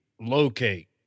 locate